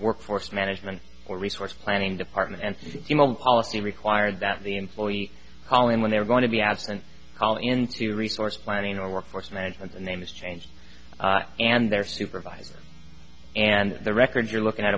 workforce management or resource planning department and policy required that the employee call in when they're going to be absent call into resource planning or workforce management the name is changed and their supervisor and the records you're looking at